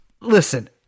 listen